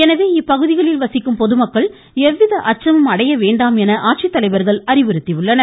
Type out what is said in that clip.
எனவே இப்பகுதிகளில் வசிக்கும் பொதுமக்கள் எவ்வித அச்சமும் அடையவேண்டாம் என ஆட்சித்தலைவர்கள் அறிவுறுத்தியுள்ளனர்